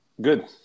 Good